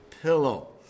pillow